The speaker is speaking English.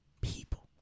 people